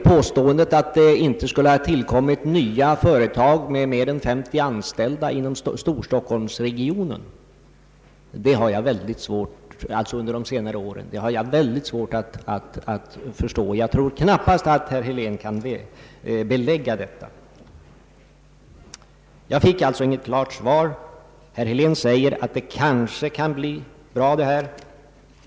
Påståendet att det under senare år inte skulle ha tillkommit nya företag med mer än 50 anställda inom Storstockholmsregionen har jag mycket svårt att förstå. Jag tror knappast att herr Helén kan belägga detta. Jag fick alltså inget klart svar. Herr Helén säger att det här kanske kan bli bra.